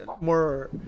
more